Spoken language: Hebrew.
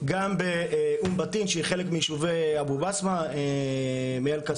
גם באום-בטין שהיא חלק מיישובי אבו-בסמה מאל-קסום,